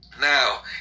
now